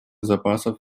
запасов